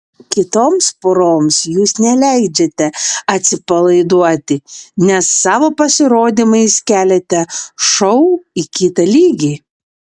kitoms poroms jūs neleidžiate atsipalaiduoti nes savo pasirodymais keliate šou į kitą lygį